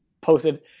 posted